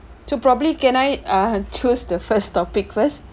so probably can I ah choose the first topic first